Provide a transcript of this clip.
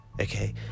okay